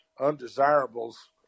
undesirables